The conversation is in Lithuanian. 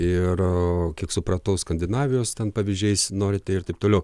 ir supratau skandinavijos pavyzdžiais norite ir taip toliau